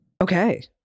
Okay